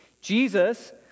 Jesus